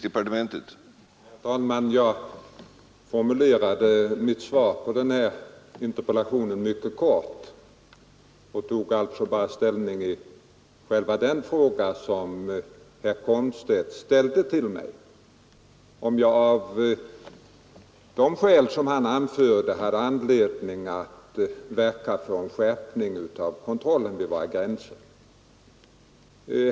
Herr talman! Jag formulerade mitt svar på den här interpellationen mycket kort och tog alltså bara ställning i själva den fråga som herr Komstedt ställde till mig, nämligen om jag av de skäl som han anförde hade anledning att verka för en skärpning av kontrollen vid våra gränser.